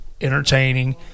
entertaining